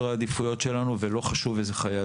העדיפויות שלנו וזה לא חשוב איזה חיי אדם.